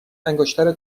انگشتر